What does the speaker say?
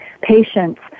patients